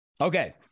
okay